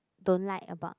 don't like about